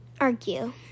argue